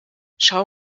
schau